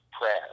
prayer